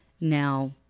now